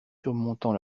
surmontant